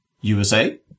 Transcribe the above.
USA